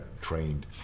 trained